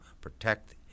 protect